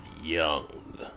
young